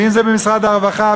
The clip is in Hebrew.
אם במשרד הרווחה,